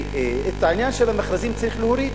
את העניין של המכרזים צריך להוריד.